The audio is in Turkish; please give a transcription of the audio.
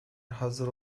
hazır